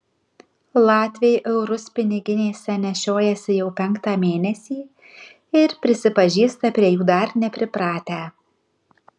latviai eurus piniginėse nešiojasi jau penktą mėnesį ir prisipažįsta prie jų dar nepripratę